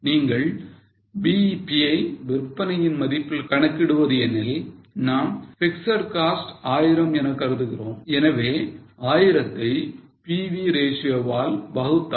நீங்கள் BEP ஐ விற்பனையின் மதிப்பில் கணக்கிடுவது எனில் நாம் பிக்ஸட் காஸ்ட் 1000 என கருதுகிறோம் எனவே 1000 ஐ PV ratio வால் வகுத்தால்